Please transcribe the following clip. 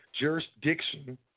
Jurisdiction